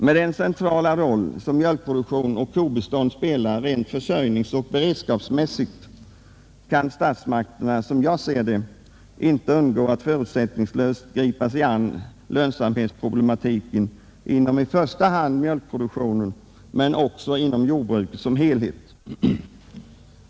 Med den centrala roll mjölkproduktion och kobestånd spelar rent försörjningsoch beredskapsmässigt kan statsmakterna, såsom jag ser det, inte underlåta att förutsättningslöst gripa sig an med lönsamhetsproblematiken inom i första hand mjölkproduktionen men också inom jordbruket i dess helhet.